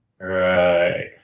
Right